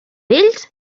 vells